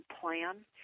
Plan